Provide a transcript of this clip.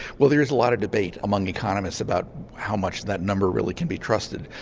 well there is a lot of debate among economists about how much that number really can be trusted.